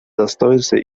достоинства